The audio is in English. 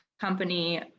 company